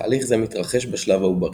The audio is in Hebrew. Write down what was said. תהליך זה מתרחש בשלב העוברי.